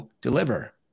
deliver